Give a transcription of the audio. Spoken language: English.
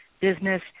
business